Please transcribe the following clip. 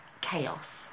chaos